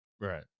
Right